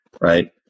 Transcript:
right